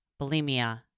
bulimia